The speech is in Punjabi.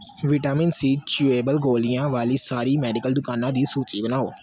ਵਿਟਾਮਿਨ ਸੀ ਚਿਊਏਬਲ ਗੋਲੀਆਂ ਵਾਲੀ ਸਾਰੀ ਮੈਡੀਕਲ ਦੁਕਾਨਾਂ ਦੀ ਸੂਚੀ ਬਣਾਓ